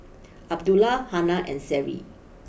Abdullah Hana and Seri